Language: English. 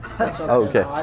Okay